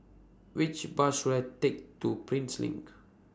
Which Bus should I Take to Prinsep LINK